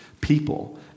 people